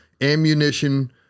ammunition